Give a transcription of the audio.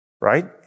right